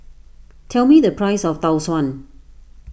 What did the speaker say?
tell me the price of Tau Suan